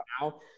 now